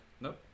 Nope